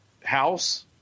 house